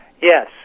Yes